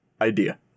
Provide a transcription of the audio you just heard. idea